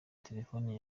telefone